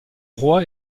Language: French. roi